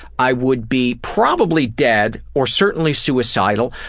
i would be probably dead or certainly suicidal,